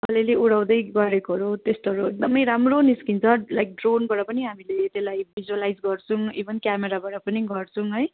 अलिअलि उडाउँदै गरेकोहरू त्यस्तोहरू एकदमै राम्रो निस्किन्छ लाइक ड्रोनबाट पनि हामीले त्यसलाई भिज्वलाइज गर्छौँ इभन क्यामराबाट नि गर्छौँ है